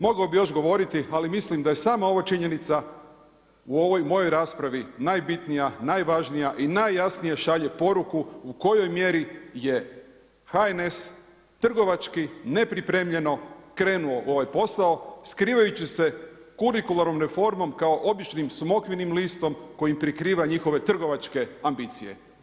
Mogao bi još govoriti ali mislim da je sama ova činjenica u ovoj mojoj raspravi najbitnija, najvažnija i najjasnije šalje poruku u kojoj mjeri je HNS trgovački, ne pripremljeno krenuo u ovaj posao, skrivajući se kurikularnom reformom kao običnim smokvinom listom koji prikriva njihove trgovačke ambicije.